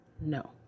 No